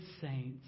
saints